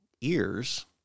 ears